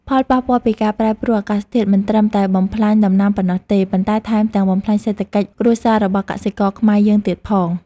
ផលប៉ះពាល់ពីការប្រែប្រួលអាកាសធាតុមិនត្រឹមតែបំផ្លាញដំណាំប៉ុណ្ណោះទេ ប៉ុន្តែថែមទាំងបំផ្លាញសេដ្ឋកិច្ចគ្រួសាររបស់កសិករខ្មែរយើងទៀតផង។